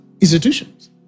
institutions